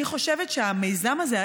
אני חושבת שהמיזם הזה,